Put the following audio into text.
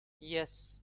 yes